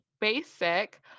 basic